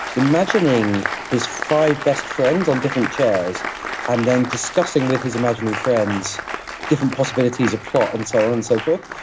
imagining his five best friends on different chairs and then discussing with his imaginary friends different possibilities of plot and so on and so forth,